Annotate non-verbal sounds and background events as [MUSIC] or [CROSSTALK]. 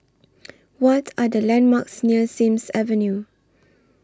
[NOISE] What Are The landmarks near Sims Avenue